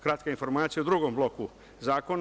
Kratka informacija o drugom bloku zakona.